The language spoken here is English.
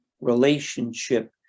relationship